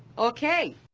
okay?